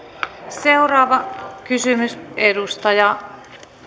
seuraava kysymys edustaja